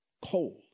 cold